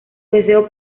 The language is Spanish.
deseo